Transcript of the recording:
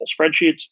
spreadsheets